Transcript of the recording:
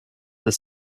the